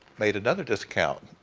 made another discount,